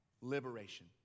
Liberation